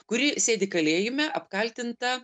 kuri sėdi kalėjime apkaltinta